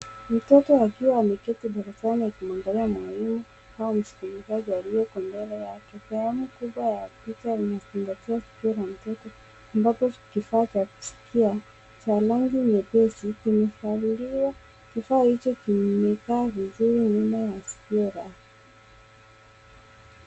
Mtoto akiwa ameketi darasani akimwangalia mwalimu au maskilizaji aliyoko mbele yake. Sehemu kubwa ya picha linazingatia skio la mtoto ambapo kifaa cha kuskia cha rangi nyepesi kimepaliliwa. Kifaa hicho kimekaa vizuri nyuma ya sikio lake.